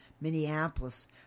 Minneapolis